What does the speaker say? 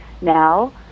now